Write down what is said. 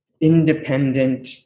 independent